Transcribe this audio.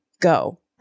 Go